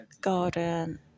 garden